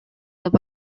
деп